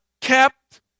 kept